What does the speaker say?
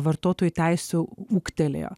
vartotojų teisių ūgtelėjo